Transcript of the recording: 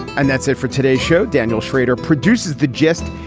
and that's it for today's show. daniel schrader produces the gist.